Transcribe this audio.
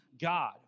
God